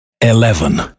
eleven